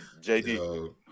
JD